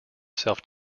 self